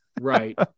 Right